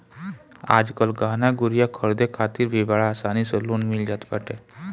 आजकल गहना गुरिया खरीदे खातिर भी बड़ा आसानी से लोन मिल जात बाटे